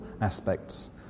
aspects